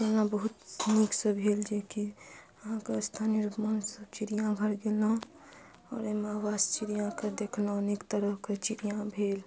बहुत नीकसँ भेल जेकि अहाँके स्थानीय मोनसँ चिड़िआघर गेलहुॅं आओर एहिमे अनेक चिड़िआके देखलहुॅं अनेक तरहके चिड़िया भेल